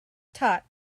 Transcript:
taught